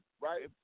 right